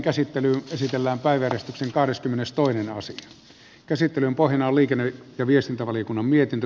käsittelyn pohjana on liikenne ja viestintävaliokunnan mietintö